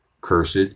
Cursed